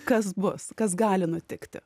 kas bus kas gali nutikti